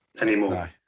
anymore